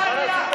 אתה יודע,